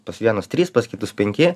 pas vienus trys pas kitus penki